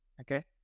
Okay